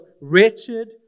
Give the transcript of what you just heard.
wretched